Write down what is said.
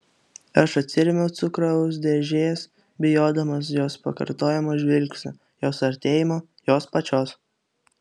aš atsirėmiau cukraus dėžės bijodamas jos pakartojamo žvilgsnio jos artėjimo jos pačios